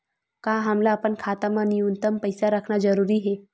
का हमला अपन खाता मा न्यूनतम पईसा रखना जरूरी हे?